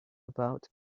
about